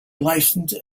licensed